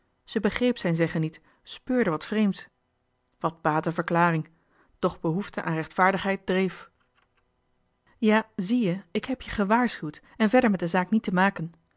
ze begreep zijn zeggen niet speurde wat vreemds wat baatte verklaring doch behoefte aan rechtvaardigheid dreef johan de meester de zonde in het deftige dorp ja zie je ik heb je gewaarschuwd en verder met de zaak niet te maken